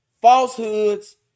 falsehoods